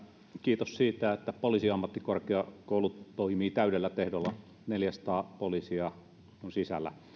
kiitos siitä että poliisiammattikorkeakoulu toimii täydellä teholla neljäsataa poliisia on sisällä